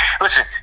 listen